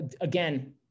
again